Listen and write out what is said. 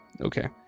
Okay